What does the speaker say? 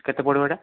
କେତେ ପଡ଼ିବ ଏଇଟା